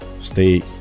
stay